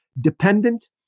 dependent